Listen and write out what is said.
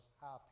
happy